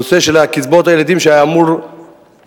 נושא של קצבאות הילדים שהיה אמור לרדת,